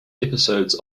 episodes